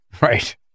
Right